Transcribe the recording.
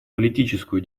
политическую